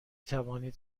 توانید